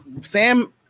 Sam